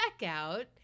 checkout